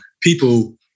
people